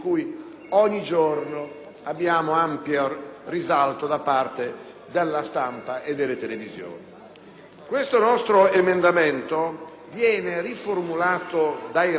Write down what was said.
Questo nostro emendamento viene riformulato dai relatori (e, conseguentemente, tutti i subemendamenti dovranno essere ricollocati sulla nuova riformulazione)